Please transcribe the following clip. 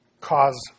cause